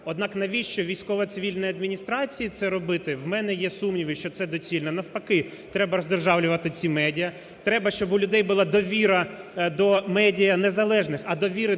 Однак, навіщо військовій цивільній адміністрації це робити, у мене є сумніви, що це доцільно. Навпаки, треба роздержавлювати ці медіа, треба, щоб у людей була довіра до медіа незалежних,